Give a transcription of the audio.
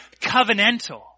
covenantal